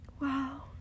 Wow